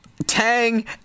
Tang